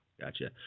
gotcha